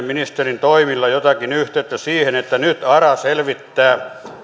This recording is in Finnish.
ministerin toimilla jotakin yhteyttä siihen että nyt ara selvittää